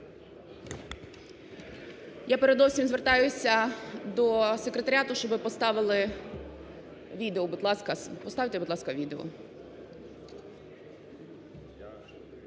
Я передовсім звертаюся до секретаріату, щоби поставили відео. Будь ласка, поставте, будь ласка, відео.